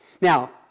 Now